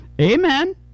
Amen